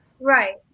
Right